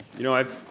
you know i've